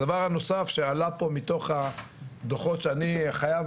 הדבר הנוסף שעלה פה מתוך הדו"חות שאני חייב